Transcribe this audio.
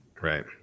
Right